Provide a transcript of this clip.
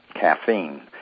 caffeine